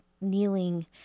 kneeling